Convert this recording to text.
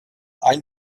ein